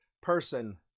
person